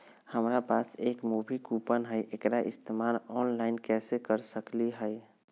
हमरा पास एक मूवी कूपन हई, एकरा इस्तेमाल ऑनलाइन कैसे कर सकली हई?